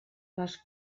les